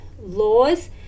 laws